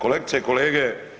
Kolegice i kolege.